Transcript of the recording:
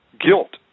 guilt